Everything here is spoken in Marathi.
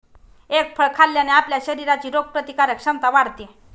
एग फळ खाल्ल्याने आपल्या शरीराची रोगप्रतिकारक क्षमता वाढते